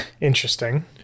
Interesting